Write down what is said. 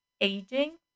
aging